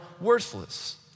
worthless